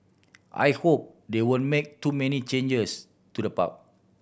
I hope they won't make too many changes to the park